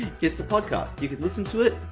it's a podcast, you can listen to it,